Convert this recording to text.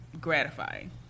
gratifying